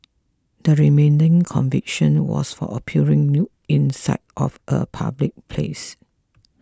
the remaining conviction was for appearing nude in sight of a public place